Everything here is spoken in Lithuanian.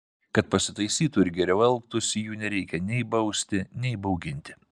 kad pasitaisytų ir geriau elgtųsi jų nereikia nei bausti nei bauginti